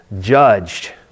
judged